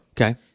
Okay